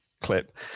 clip